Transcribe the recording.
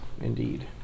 indeed